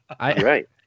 Right